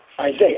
Isaiah